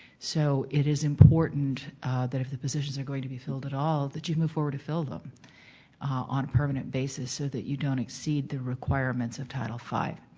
so, it is important that if the positions are going to be filled at all, that you move forward to fill them on a permanent basis so that you don't exceed the requirements of title five.